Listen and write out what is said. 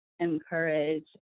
encourage